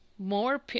More